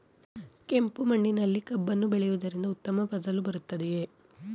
ಕೆಂಪು ಮಣ್ಣಿನಲ್ಲಿ ಕಬ್ಬನ್ನು ಬೆಳೆಯವುದರಿಂದ ಉತ್ತಮ ಫಸಲು ಬರುತ್ತದೆಯೇ?